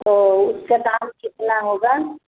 तो उसका दाम कितना होगा